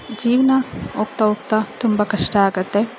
ಜೀವನ ಹೋಗ್ತಾ ಹೋಗ್ತಾ ತುಂಬ ಕಷ್ಟ ಆಗುತ್ತೆ